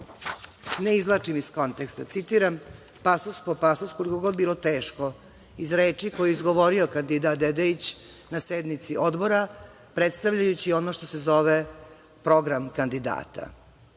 ne izvlačim iz konteksta, citiram pasus po pasus, koliko god bilo teško iz reči koje je izgovorio kandidat Dedeić na sednici Odbora, predstavljajući ono što se zove program kandidata.